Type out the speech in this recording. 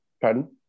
Pardon